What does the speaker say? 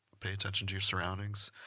pay attention to your surroundings,